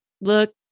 look